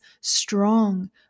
strong